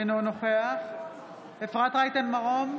אינו נוכח אפרת רייטן מרום,